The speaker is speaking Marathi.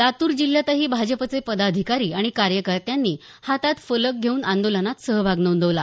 लातूर जिल्ह्यातही भाजपचे पदाधिकारी आणि कार्यकर्त्यांनी हातात फलक घेउन आंदोलनात सहभाग नोंदवला